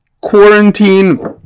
quarantine